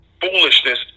foolishness